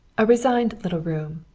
a resigned little room,